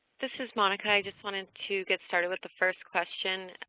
this is monica. i just wanted to get started with the first question,